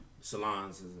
salons